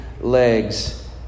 legs